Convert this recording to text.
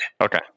Okay